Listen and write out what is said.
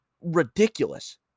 ridiculous